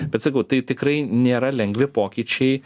bet sakau tai tikrai nėra lengvi pokyčiai